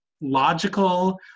logical